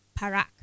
Parak